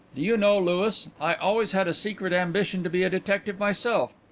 do you know, louis, i always had a secret ambition to be a detective myself.